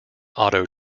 auto